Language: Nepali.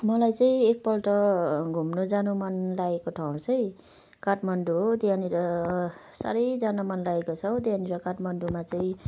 मलाई चै एकपल्ट घुम्न जान मन लागेको ठाउँ चाहिँ काठमाडौँ हो त्यहाँनिर साह्रै जान मन लागेको छ हौ त्यहाँनिर काठमाडौँमा चै